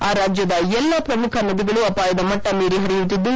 ಆ ರಾಜ್ಯದ ಎಲ್ಲಾ ಪ್ರಮುಖ ನದಿಗಳು ಅಪಾಯದ ಮಟ್ಟ ಮೀರಿ ಹರಿಯುತ್ತಿದ್ದು